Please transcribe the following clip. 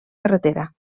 carretera